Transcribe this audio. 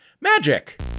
Magic